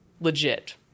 Legit